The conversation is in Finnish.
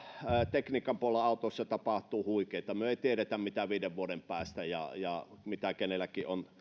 tekniikan puolella autoissa tapahtuu huikeita me emme tiedä mitä on viiden vuoden päästä ja ja mitä kenelläkin on